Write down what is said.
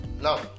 Now